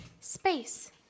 Space